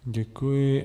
Děkuji.